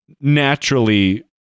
naturally